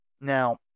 now